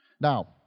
Now